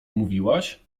mówiłaś